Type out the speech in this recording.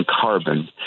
Carbon